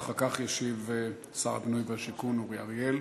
ואחר כך ישיב שר הבינוי והשיכון אורי אריאל.